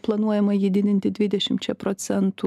planuojama jį didinti dvidešimčia procentų